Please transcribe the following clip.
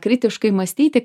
kritiškai mąstyti